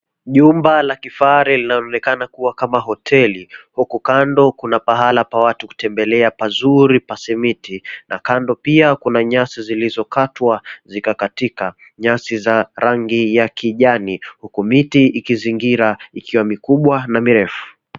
Jumba la kifahari linaloonekana kuwa kama hoteli, huku kando kuna pahala pa watu kutembelea pazuri pa simiti na kando pia kuna nyasi zilizokatwa zikakatika. Nyasi za rangi ya kijani huku miti ikizingira ikiwa mikubwa na mirefu.